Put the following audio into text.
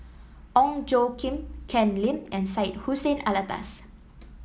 Ong Tjoe Kim Ken Lim and Syed Hussein Alatas